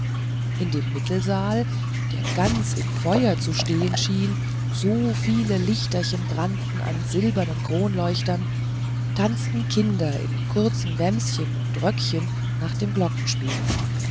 in dem mittelsaal der ganz in feuer zu stehen schien so viel lichterchen brannten an silbernen kronleuchtern tanzten kinder in kurzen wämschen und röckchen nach dem glockenspiel